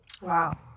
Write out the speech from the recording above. Wow